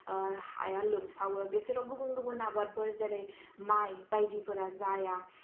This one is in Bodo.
हाया लोमसावो बेसोराव गुबुन गुबुन आबादफोर जेरै माइ बायदिफोरा जाया